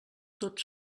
tots